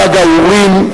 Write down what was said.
חג האורים,